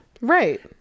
Right